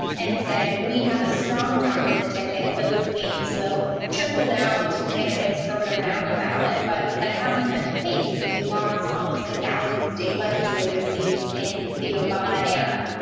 and said if we have a strong top of the ticket, those gains will trickle down to candidates further down the ballot, but that hasn't been the case. i mean, we lost almost a thousand state legislative seats in the obama era.